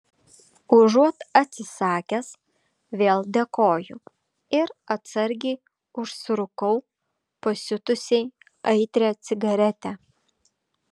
užuot atsisakęs vėl dėkoju ir atsargiai užsirūkau pasiutusiai aitrią cigaretę